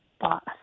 boss